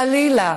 חלילה